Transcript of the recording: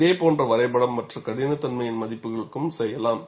இதே போன்ற வரைபடம் மற்ற கடினத்தன்மையின் மதிப்புகளுக்கும் செய்யலாம்